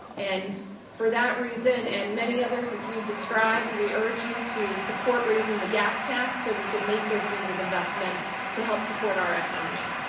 and for that reason, and many others as we've described, we urge you to support raising the gas tax so we can make those needed investments to help support our economy.